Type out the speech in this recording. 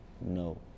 No